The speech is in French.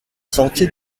sentier